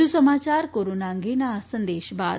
વધુ સમાચાર કોરોના અંગેના આ સંદેશ બાદ